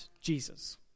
Jesus